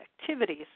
activities